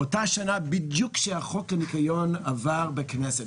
זה היה בדיוק באותה שנה שחוק הניקיון עבר בכנסת.